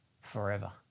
forever